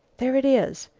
there it is.